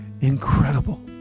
incredible